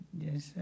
yes